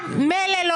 מילא לא